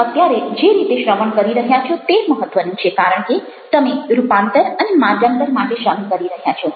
તમે અત્યારે જે રીતે શ્રવણ કરી રહ્યા છો તે મહત્ત્વનું છે કારણ કે તમે રૂપાંતર અને માર્ગાન્તર માટે શ્રવણ કરી રહ્યા છો